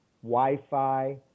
Wi-Fi